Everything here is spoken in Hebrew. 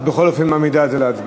את בכל זאת מעמידה את זה להצבעה.